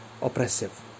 oppressive